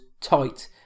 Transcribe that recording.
tight